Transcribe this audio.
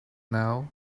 now